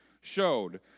showed